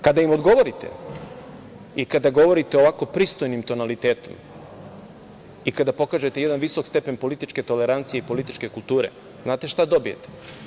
Kada im odgovorite i kada govorite ovako pristojnim tonalitetom i kada pokažete jedan visok stepen političke tolerancije i političke kulture, znate šta dobijete?